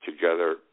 together